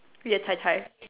ya tai-tai